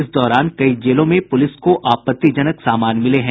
इस दौरान कई जेलों में पुलिस को आपत्तिजनक सामान मिले हैं